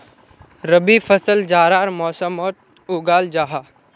रबी फसल जाड़ार मौसमोट उगाल जाहा